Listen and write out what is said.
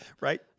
right